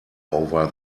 over